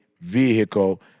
vehicle